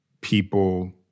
people